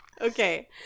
Okay